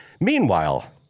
meanwhile